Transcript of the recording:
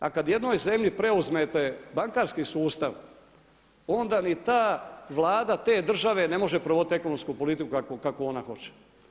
A kada jednoj zemlji preuzmete bankarski sustav onda ni ta Vlada te države ne može provoditi ekonomsku politiku kakvu ona hoće.